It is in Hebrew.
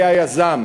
היה יזם,